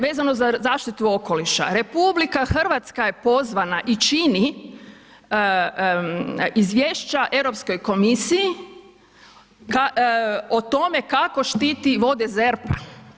Vezano za zaštitu okoliša, Republika Hrvatska je pozvana i čini izvješća Europskoj komisiji o tome kako štiti vode ZERP-a.